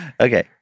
Okay